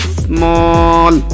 small